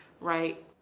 right